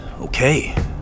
Okay